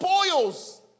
spoils